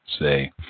Say